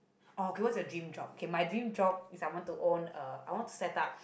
oh okay what's your dream job okay my dream job is I want to own uh I want to set up